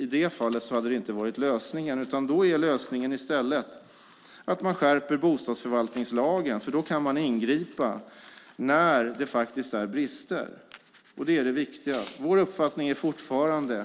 I det fallet hade det inte varit lösningen. Där är lösningen att man skärper bostadsförvaltningslagen. Då kan man ingripa när det är brister. Det är det viktiga. Vår uppfattning är fortfarande